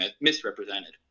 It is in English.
misrepresented